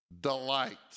delight